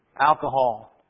Alcohol